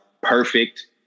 perfect